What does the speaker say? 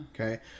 Okay